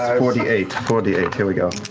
four d eight. four d eight, here we go.